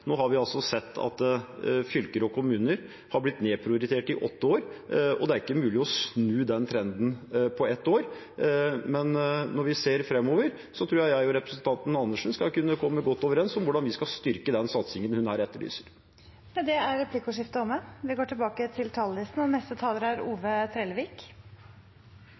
nå har vi sett at fylker og kommuner har blitt nedprioritert i åtte år, og det er ikke mulig å snu den trenden på ett år. Men når vi ser fremover, tror jeg at jeg og representanten Andersen skal kunne komme godt overens om hvordan vi skal styrke den satsingen hun her etterlyser. Med det er replikkordskiftet omme. Koronakrisa har hatt store konsekvensar for norsk økonomi og